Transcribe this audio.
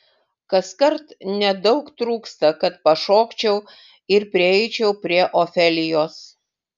kaskart nedaug trūksta kad pašokčiau ir prieičiau prie ofelijos